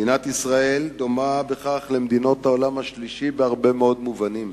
מדינת ישראל דומה בכך למדינות העולם השלישי בהרבה מאוד מובנים.